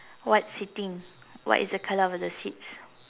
what seating what is the color of the seats